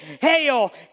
Hail